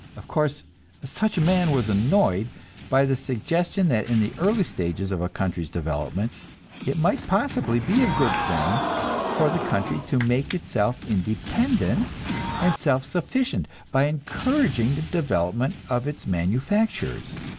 of course such a man was annoyed by the suggestion that in the early stages of a country's development it might possibly be a good thing for the country to make itself independent and self-sufficient by encouraging the development of its manufactures